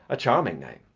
a charming name.